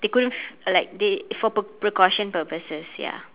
they couldn't f~ like they for pr~ precaution purposes ya